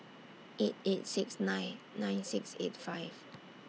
eight eight six nine nine six eight five